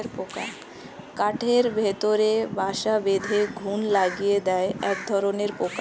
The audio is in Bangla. কাঠের ভেতরে বাসা বেঁধে ঘুন লাগিয়ে দেয় একধরনের পোকা